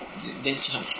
then change what